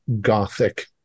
gothic